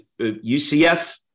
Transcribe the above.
UCF